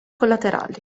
collaterali